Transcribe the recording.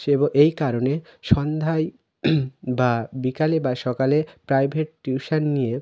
সে এই কারণে সন্ধ্যায় বা বিকালে বা সকালে প্রাইভেট টিউশন নিয়ে